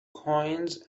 coins